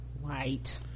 White